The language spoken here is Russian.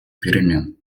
перемен